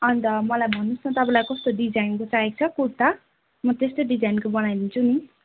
अन्त मलाई भन्नुहोस् न तपाईँलाई कस्तो डिजाइनको चाहिएको छ कुर्ता म त्यस्तै डिजाइनको बनाइदिन्छु नि